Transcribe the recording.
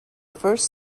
first